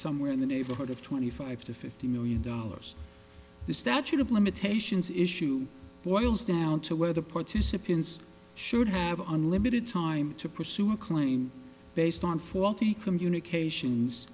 somewhere in the neighborhood of twenty five to fifty million dollars the statute of limitations issue boils down to whether participants should have on limited time to pursue a claim based on faulty communications